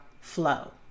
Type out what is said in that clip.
flow